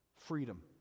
Freedom